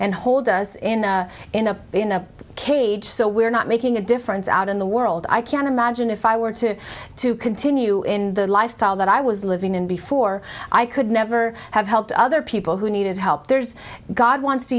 and hold us in in a in a cage so we're not making a difference out in the world i can imagine if i were to to continue in the lifestyle that i was living in before i could never have helped other people who needed help there's god wants to